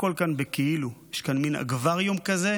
הכול כאן בכאילו יש כאן מן אקווריום כזה